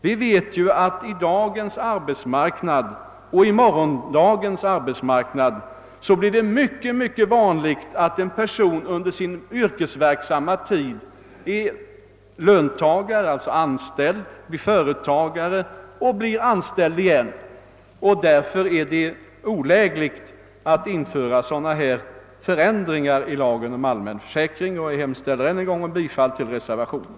Vi vet att det i morgondagens arbetsmarknad blir mycket vanligt att en person under sin yrkesverksamma tid är löntagare, företagare och därefter kanske anställd igen. Därför är det olägligt att införa sådana här förändringar i lagen om allmän försäkring. Jag ber att än en gång få yrka bifall till reservationen.